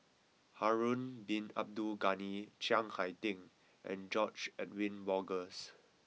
Harun Bin Abdul Ghani Chiang Hai Ding and George Edwin Bogaars